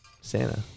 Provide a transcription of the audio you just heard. Santa